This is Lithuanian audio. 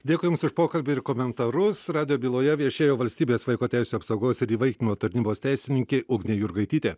dėkui jums už pokalbį ir komentarus radijo byloje viešėjo valstybės vaiko teisių apsaugos ir įvaikinimo tarnybos teisininkė ugnė jurgaitytė